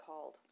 called